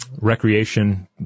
recreation